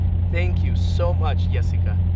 thank you so much, yessica.